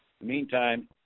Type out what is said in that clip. Meantime